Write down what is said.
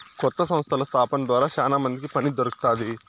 కొత్త సంస్థల స్థాపన ద్వారా శ్యానా మందికి పని దొరుకుతాది